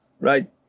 right